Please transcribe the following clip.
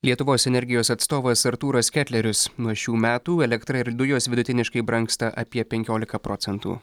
lietuvos energijos atstovas artūras ketlerius nuo šių metų elektra ir dujos vidutiniškai brangsta apie penkiolika procentų